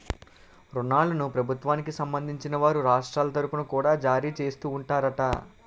ఋణాలను ప్రభుత్వానికి సంబంధించిన వారు రాష్ట్రాల తరుపున కూడా జారీ చేస్తూ ఉంటారట